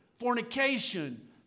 fornication